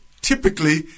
typically